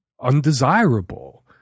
undesirable